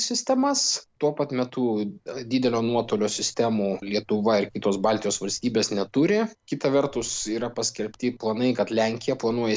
sistemas tuo pat metu didelio nuotolio sistemų lietuva ir kitos baltijos valstybės neturi kita vertus yra paskelbti planai kad lenkija planuoja